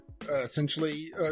Essentially